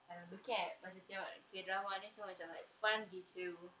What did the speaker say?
I don't looking at macam tengok like K drama and then everything macam like fun